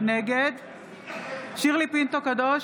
נגד שירלי פינטו קדוש,